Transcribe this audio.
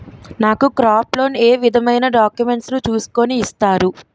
నాకు crop loan ఏ విధమైన డాక్యుమెంట్స్ ను చూస్కుని ఇస్తారు?